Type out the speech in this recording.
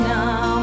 now